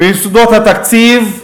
בחוק יסודות התקציב,